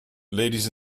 ladies